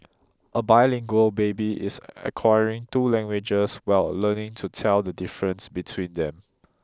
a bilingual baby is acquiring two languages while learning to tell the difference between them